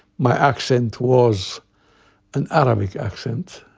my accent was an arabic accent,